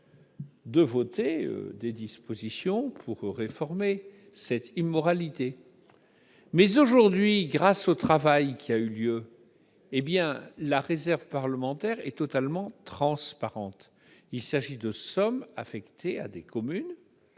votions des dispositions pour réformer cette immoralité. Mais aujourd'hui, grâce au travail effectué, la réserve parlementaire est totalement transparente. Il s'agit de sommes affectées à des communes,